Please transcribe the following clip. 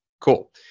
Cool